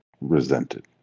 resented